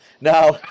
Now